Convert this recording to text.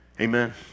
amen